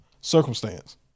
circumstance